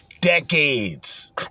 decades